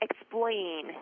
explain